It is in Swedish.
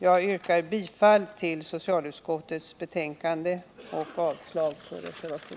Jag yrkar bifall till socialutskottets hemställan och avslag på reservationen.